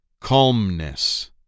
Calmness